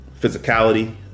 physicality